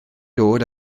dod